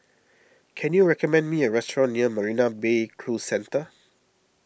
can you recommend me a restaurant near Marina Bay Cruise Centre